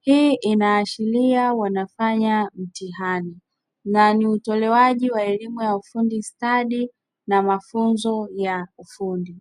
hii inaashiria wanafanya mtihani na ni utoewaji wa elimu ya ufundi stadi na mafunzo ya ufundi.